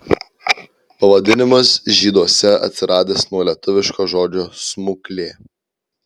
pavadinimas žyduose atsiradęs nuo lietuviško žodžio smuklė